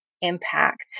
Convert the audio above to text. impact